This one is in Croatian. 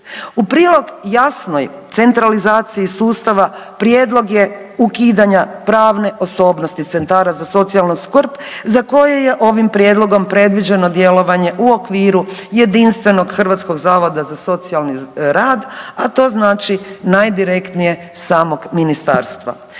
U prilog jasnoj centralizaciji sustava prijedlog je ukidanja pravne osobnosti centara za socijalnu skrb za koje je ovim prijedlogom predviđeno djelovanje u okviru jedinstvenog Hrvatskog zavoda za socijalni rad, a to znači najdirektnije samog ministarstva.